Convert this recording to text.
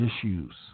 issues